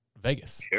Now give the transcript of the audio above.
Vegas